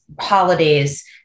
holidays